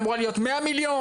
אמורה להיות 100 מיליון?